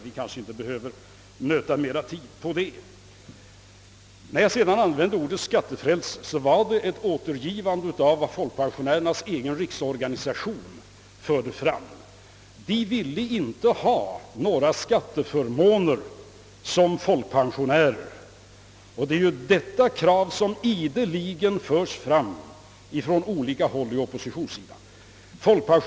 Vi kanske inte behöver ta mera tid i anspråk härför. När jag använde ordet skattebefrielse rörde det sig om ett återgivande av vad folkpensionärernas egen riksorganisation uttalat. Den ville inte ha några skatteförmåner för folkpensionärerna, men det är ju detta krav som ideligen framförts från olika håll inom oppositionen.